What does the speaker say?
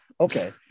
Okay